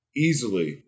easily